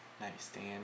nightstand